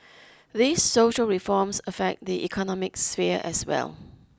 these social reforms affect the economic sphere as well